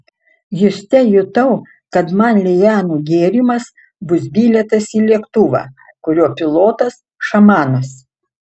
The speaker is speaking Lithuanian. juste jutau kad man lianų gėrimas bus bilietas į lėktuvą kurio pilotas šamanas